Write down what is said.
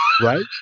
Right